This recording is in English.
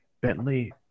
Bentley